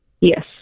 Yes